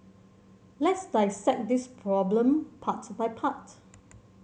let's dissect this problem part by part